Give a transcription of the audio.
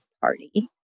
Party